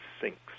sinks